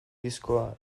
diskoa